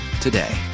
today